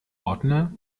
ordner